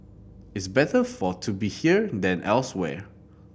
it's better for to be here than elsewhere